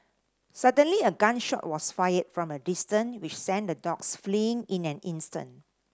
suddenly a gun shot was fired from a distance which sent the dogs fleeing in an instant